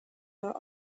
are